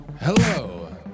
Hello